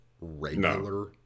regular